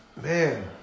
Man